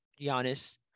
Giannis